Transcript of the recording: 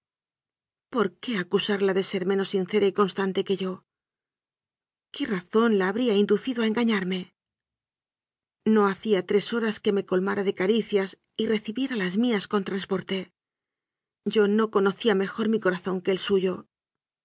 por qué acusarla de ser menos sincera y constante que yo qué razón la habida inducido a engañarme no hacía tres horas que me colmara de caricias y recibiera las mías con transporte yo no conocía mejor mi corazón que el suyo